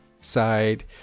side